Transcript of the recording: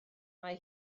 mae